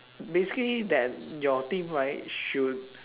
basically that your team right should